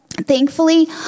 Thankfully